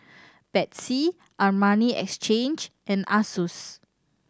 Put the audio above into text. Betsy Armani Exchange and Asus